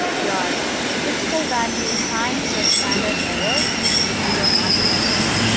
your critical value times your standard error would be a margin of error.